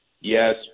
yes